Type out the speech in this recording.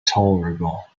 tolerable